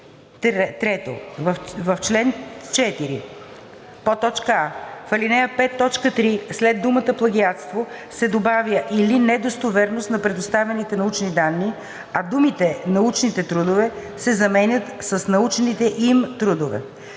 3. В чл. 4: а) в ал. 5, т. 3 след думата „плагиатство“ се добавя „или недостоверност на представените научни данни, а думите „научните трудове“ се заменят с „научните им трудове“;